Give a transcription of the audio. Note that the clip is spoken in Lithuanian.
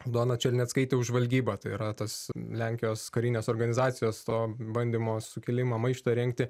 aldona černeckaitė už žvalgybą tai yra tas lenkijos karinės organizacijos to bandymo sukilimą maištą rengti